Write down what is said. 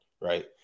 right